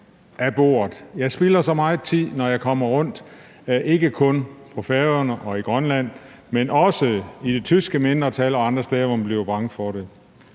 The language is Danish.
Jeg spilder så meget tid, når jeg kommer rundt, ikke kun på Færøerne og i Grønland, men også hos det tyske mindretal og andre steder, hvor man bliver bange for det.